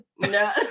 No